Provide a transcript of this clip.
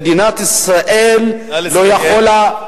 מדינת ישראל לא יכולה,